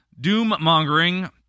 doom-mongering